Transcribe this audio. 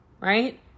right